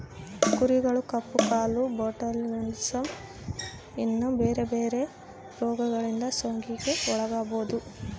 ಕುರಿಗಳು ಕಪ್ಪು ಕಾಲು, ಬೊಟುಲಿಸಮ್, ಇನ್ನ ಬೆರೆ ಬೆರೆ ರೋಗಗಳಿಂದ ಸೋಂಕಿಗೆ ಒಳಗಾಗಬೊದು